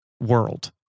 world